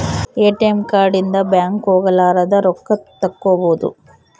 ATM card ಇಂದ bank ಹೋಗಲಾರದ ರೊಕ್ಕ ತಕ್ಕ್ಕೊಬೊದು